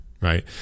right